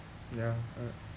ya uh